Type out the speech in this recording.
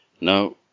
Now